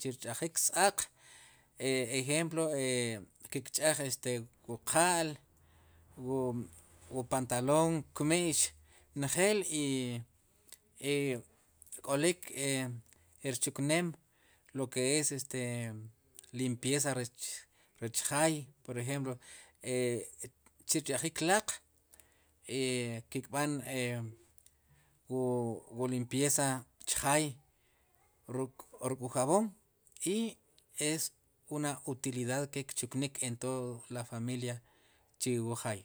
chirch'ajik s-aaq por ejemplo e ki kch'aj wu qa'l wu wu pantaloon wu kmi'x njeel i k'olik ri rchukneem lo ke es este limpeza rech jaay por ejemplo chu rch'ajik laq i kikb'an wu limpeza chjaay ruk'wu jaboon i es una utilidad ke kchuknik en toda la familia chi wu jay.